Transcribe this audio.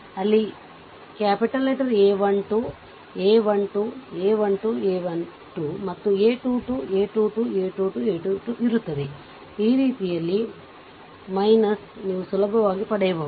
ಅಲ್ಲಿ A 1 2 a 1 2 a 1 2 a 1 2 ಮತ್ತು a 2 2 a 2 2 a 2 2 a 2 2 ಇರುತ್ತದೆ ಈ ರೀತಿಯಲ್ಲಿ ನೀವು ಸುಲಭವಾಗಿ ಪಡೆಯಬಹುದು